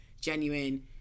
genuine